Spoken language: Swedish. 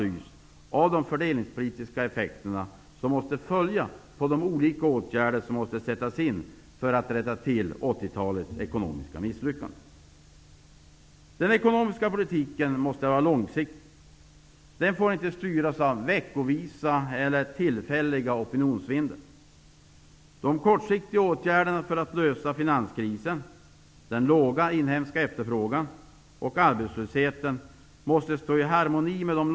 Nu måste balansen mellan ekonomi och ekologi säkras. Med en offensiv miljöpolitik kan vi åstadkomma en uthållig ekonomisk utveckling. Även tidigare talare i partiledardebatten var inne på detta tema, och jag skall därför inte vidareutveckla detta mer än så. Det är också nödvändigt att den ekonomiska politiken tar till vara utvecklingskraften i Sveriges alla regioner.